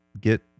get